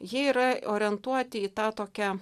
jie yra orientuoti į tą tokia